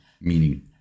meaning